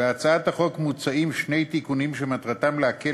בהצעת החוק מוצעים שני תיקונים שמטרתם להקל